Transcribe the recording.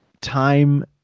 time